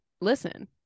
listen